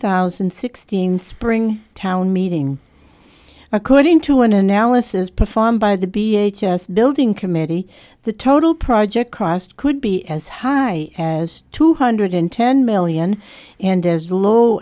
thousand and sixteen spring town meeting according to an analysis performed by the b a h s building committee the total project cost could be as high as two hundred ten million and as low